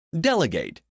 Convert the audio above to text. Delegate